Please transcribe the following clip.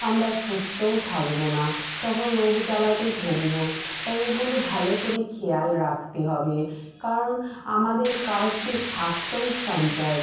আমরা সুস্থও থাকব না তখন রোগ জ্বালাতে ভুগব তাই এগুলো ভালো করে খেয়াল রাখতে হবে কারণ আমাদের কাছে স্বাস্থ্যই সম্পদ